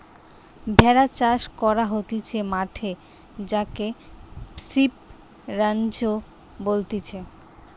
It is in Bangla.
ভেড়া চাষ করা হতিছে মাঠে যাকে সিপ রাঞ্চ বলতিছে